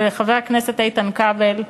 ולחבר הכנסת איתן כבל,